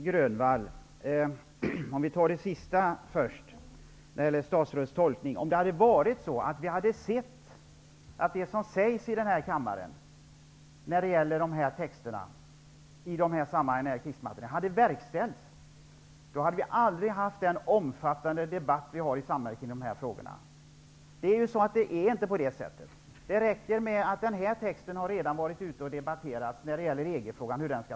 Fru talman! Vi tar det sista först, Nic Grönvall, nämligen statsrådets tolkning. Om vi hade sett att det som sägs i den här kammaren beträffande krigsmaterielexport hade verkställts, hade vi aldrig haft den omfattande debatt vi har i samhället i de här frågorna. Men det är inte på det sättet. Det räcker att visa på att texten om hur EG-frågan skall tolkas redan har varit uppe till debatt.